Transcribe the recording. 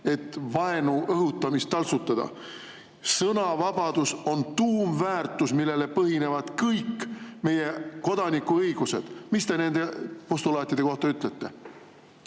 et vaenu õhutamist taltsutada. Sõnavabadus on tuumväärtus, millel põhinevad kõik meie kodanikuõigused. Mis te nende postulaatide kohta ütlete?